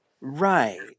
right